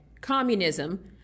communism